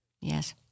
Yes